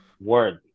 Word